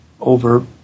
Over